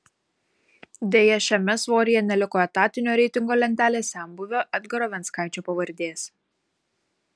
deja šiame svoryje neliko etatinio reitingo lentelės senbuvio edgaro venckaičio pavardės